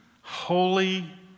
holy